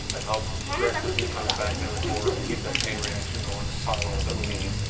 that helps direct those neutrons back into the core and keep that chain reaction going at the power levels that we need.